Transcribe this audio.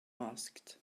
asked